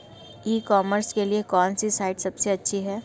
ई commerce के लिए कौनसी साइट सबसे अच्छी है?